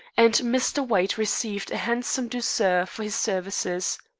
and mr. white received a handsome douceur for his services.